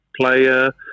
player